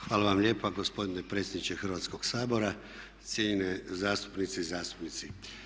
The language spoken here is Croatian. Hvala vam lijepa gospodine predsjedniče Hrvatskog sabora, cijenjene zastupnice i zastupnici.